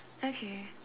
okay